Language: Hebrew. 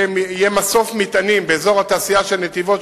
יהיה מסוף מטענים באזור התעשייה של נתיבות,